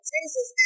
Jesus